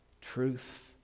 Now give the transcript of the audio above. truth